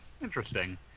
Interesting